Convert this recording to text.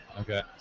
Okay